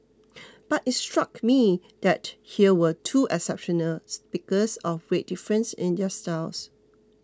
but it struck me that here were two exceptional speakers of great difference in their styles